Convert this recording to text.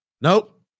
Nope